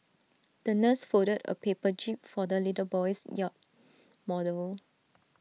the nurse folded A paper jib for the little boy's yacht model